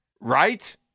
Right